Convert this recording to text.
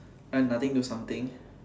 nothing to something